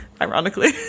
Ironically